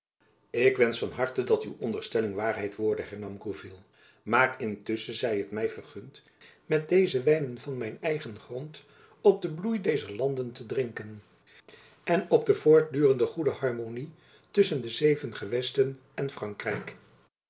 ik wensch van harte dat uw onderstelling waarheid worde hernam gourville maar intusschen zij het my vergund met dezen wijn van mijn eigen grond op den bloei dezer landen te drinken en op de voortdurende goede harmony tusschen de zeven gewesten en frankrijk